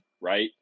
right